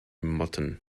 motten